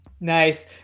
nice